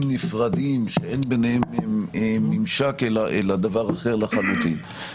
נפרדים שאין ביניהם ממשק אלא דבר אחר לחלוטין.